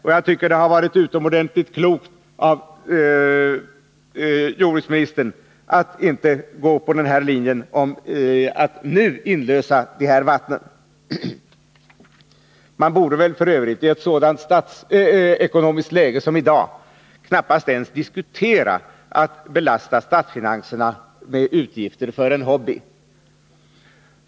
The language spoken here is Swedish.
Jag tycker därför att det har varit utomordentligt klokt av jordbruksministern att inte följa den linjen och nu inlösa de här vattnen. Man borde väl f. ö., i ett sådant statsekonomiskt läge som det vi har i dag, knappast ens diskutera att belasta statsfinanserna med utgifter för en hobby!